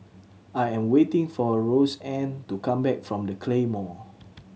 I am waiting for Roseanne to come back from The Claymore